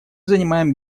занимаем